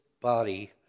body